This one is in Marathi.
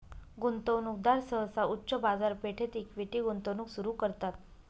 गुंतवणूकदार सहसा उच्च बाजारपेठेत इक्विटी गुंतवणूक सुरू करतात